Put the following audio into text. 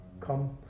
come